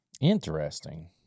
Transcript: Interesting